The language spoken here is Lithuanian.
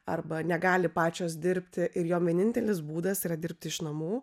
arba negali pačios dirbti ir jom vienintelis būdas yra dirbti iš namų